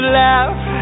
laugh